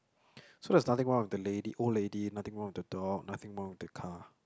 so there's nothing wrong with the lady old lady nothing wrong with the dog nothing wrong with the car